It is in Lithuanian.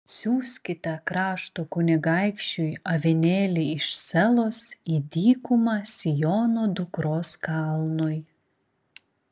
siųskite krašto kunigaikščiui avinėlį iš selos į dykumą siono dukros kalnui